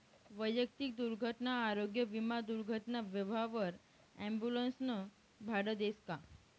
वैयक्तिक दुर्घटना आरोग्य विमा दुर्घटना व्हवावर ॲम्बुलन्सनं भाडं देस का?